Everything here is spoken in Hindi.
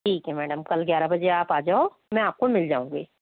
ठीक है मैडम कल ग्यारह बजे आप आ जाओ मैं आपको मिल जाऊंगी